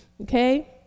okay